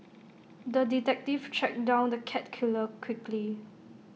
the detective tracked down the cat killer quickly